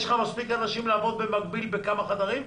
יש לך מספיק אנשים לעבוד במקביל בכמה חדרים?